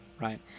right